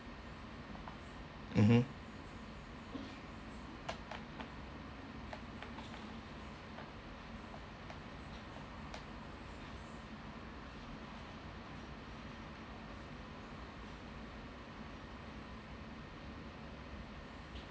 mmhmm